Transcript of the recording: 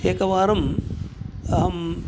एकवारम् अहं